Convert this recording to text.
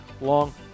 long